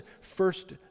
first